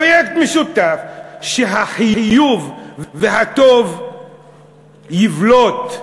פרויקט משותף שהחיובי והטוב יבלטו.